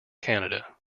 canada